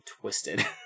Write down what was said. Twisted